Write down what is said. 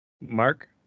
Mark